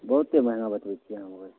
बहुते महगा बतबैत छियै अहाँ